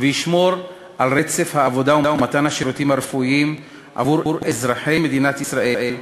וישמור על רצף העבודה ומתן השירותים הרפואיים עבור אזרחי מדינת ישראל,